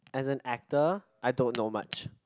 as an actor I don't know much